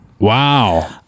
Wow